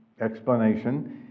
explanation